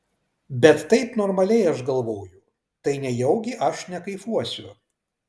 bet taip normaliai aš galvoju tai nejaugi aš nekaifuosiu